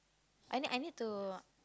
I need I need to